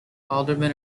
aldermen